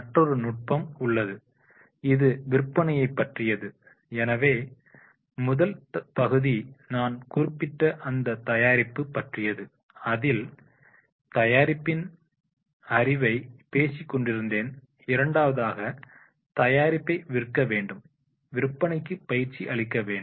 மற்றொரு நுட்பம்ப உள்ளது இது விற்பனையை பற்றியது எனவே முதல் பகுதி நான் குறிப்பிட்ட அந்த தயாரிப்பு பற்றியது அதில் தயாரிப்பின் அறிவை பேசிக்கொண்டிருந்தேன் இரண்டாவதாக தயாரிப்பை விற்க வேண்டும் விற்பனைக்கு பயிற்சி அளிக்க வேண்டும்